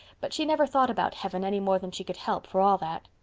but she never thought about heaven any more than she could help, for all that.